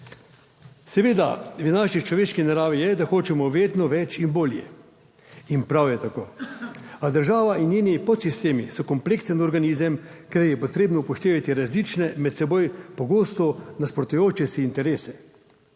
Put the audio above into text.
Seveda v naši človeški naravi je, da hočemo vedno več in bolje in prav je tako. A država in njeni podsistemi so kompleksen organizem, ker je potrebno upoštevati različne, med seboj pogosto nasprotujoče si interese.